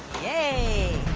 yay.